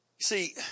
See